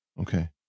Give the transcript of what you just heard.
Okay